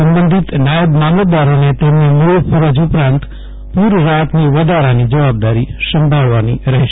સબંધીત નાયબ મામલતદારોને તેમની મુળ ફરજ ઉપરાંત પુરરાફતની વધારાની જવાબદારી સંભાળવાની રહેશે